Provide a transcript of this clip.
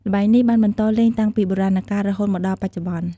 ល្បែងនេះបានបន្តលេងតាំងពីបុរាណកាល រហូតមកដល់បច្ចុប្បន្ន។